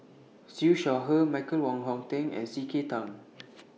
Siew Shaw Her Michael Wong Hong Teng and C K Tang